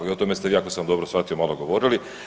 I o tome ste vi, ako sam dobro shvatio malo govorili.